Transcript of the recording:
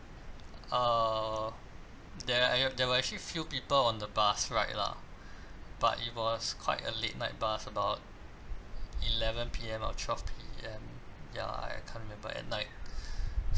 err there're there were actually few people on the bus ride lah but it was quite a late night bus about eleven P_M or twelve P_M ya I can't remember at night